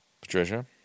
Patricia